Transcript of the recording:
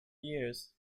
years